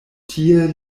tie